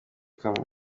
kamwe